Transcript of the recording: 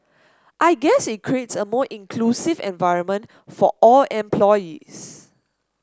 I guess it creates a more inclusive environment for all employees